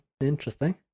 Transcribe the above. interesting